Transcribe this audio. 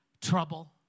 trouble